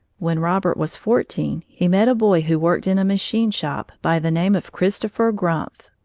when robert was fourteen, he met a boy who worked in a machine shop, by the name of christopher grumpf.